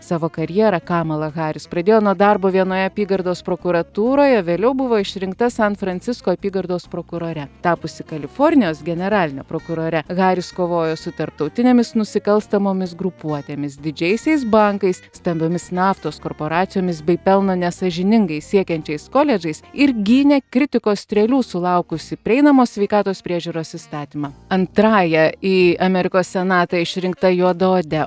savo karjerą kamala haris pradėjo nuo darbo vienoje apygardos prokuratūroje vėliau buvo išrinkta san francisko apygardos prokurore tapusi kalifornijos generaline prokurore haris kovojo su tarptautinėmis nusikalstamomis grupuotėmis didžiaisiais bankais stambiomis naftos korporacijomis bei pelno nesąžiningai siekiančiais koledžais ir gynė kritikos strėlių sulaukusį prieinamos sveikatos priežiūros įstatymą antrąja į amerikos senatą išrinkta juodaode